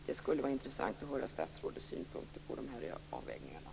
Det skulle vara intressant att höra statsrådets synpunkter på de här avvägningarna.